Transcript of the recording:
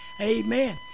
Amen